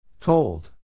Told